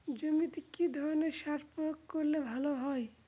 জমিতে কি ধরনের সার প্রয়োগ করলে ভালো হয়?